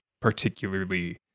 particularly